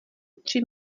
tři